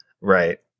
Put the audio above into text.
Right